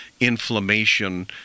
inflammation